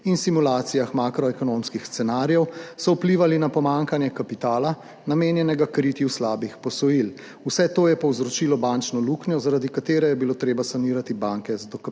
in simulacijah makroekonomskih scenarijev so vplivali na pomanjkanje kapitala, namenjenega kritju slabih posojil. Vse to je povzročilo bančno luknjo, zaradi katere je bilo treba sanirati banke z dokapitalizacijami.